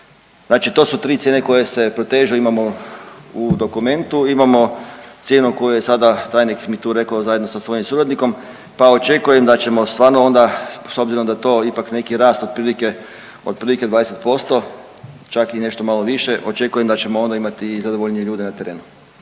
Znači to su tri cijene koje se protežu, imamo u dokumentu, imamo cijenu koju je sada tajnik mi tu rekao zajedno sa svojim suradnikom pa očekujem da ćemo stvarno onda s obzirom da to ipak neki rast otprilike 20%, čak i nešto malo više. Očekujem da ćemo onda imati i zadovoljnije ljude na terenu.